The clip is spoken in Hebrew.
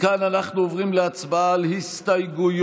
מכאן אנחנו עוברים להצבעה על ההסתייגויות